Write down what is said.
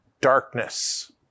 darkness